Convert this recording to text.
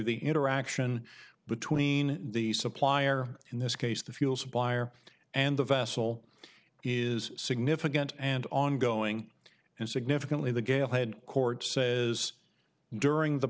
the interaction between the supplier in this case the fuel supplier and the vessel is significant and ongoing and significantly the gale had court says during the